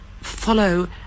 follow